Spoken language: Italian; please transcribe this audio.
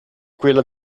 quella